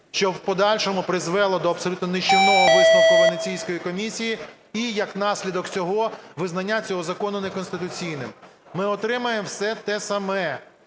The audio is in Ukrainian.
що в подальшому призвело до абсолютно нищівного висновку Венеційської комісії і, як наслідок цього, визнання цього закону неконституційним. Ми отримаємо все те саме.